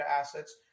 assets